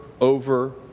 over